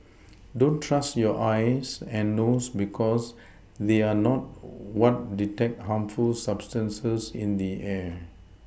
don't trust your eyes and nose because they are not what detect harmful substances in the air